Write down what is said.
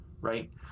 right